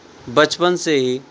بچپن سے ہی